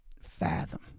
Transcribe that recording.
fathom